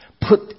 put